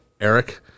Eric